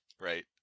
Right